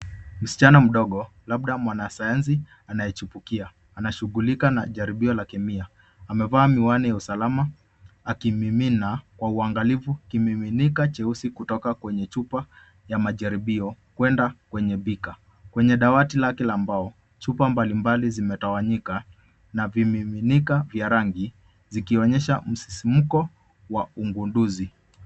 Msichana mdogo labda mwanasayansi anayechipukia anashughulika na jaribio la kemia. Amevaa miwani ya usalama akimimina kwa uangalifu kimiminika cheusi kutoka kwenye chupa ya majaribio kwenda kwenye bika. Kwenye dawati lake la mbao, chupa mbalimbali zimetawanyika na vimiminika vya rangi, zikionyesha msisimko wa ugunduzi.